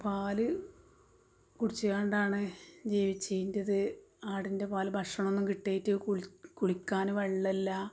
പാല് കുടിച്ചങ്ങാണ്ട് ആണ് ജീവിച്ചീൻ്റത് ആടിൻ്റെ പാല് ഭഷണമൊന്നും കിട്ടേയ്റ്റ് കുളി കുളിക്കാന് വെള്ളമില്ല